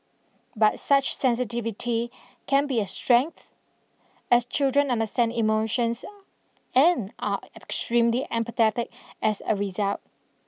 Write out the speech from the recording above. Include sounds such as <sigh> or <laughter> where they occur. but such sensitivity can be a strength as children understand emotions <noise> and are extremely empathetic as a result